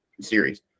series